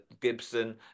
Gibson